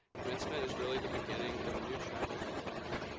commencement is really the beginning of a new chapter in our lives.